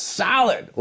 solid